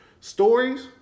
stories